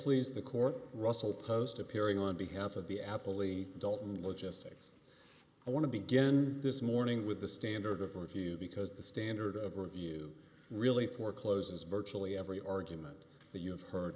please the court russell post appearing on behalf of the apple the adult and logistics i want to begin this morning with the standard of review because the standard of review really forecloses virtually every argument that you have heard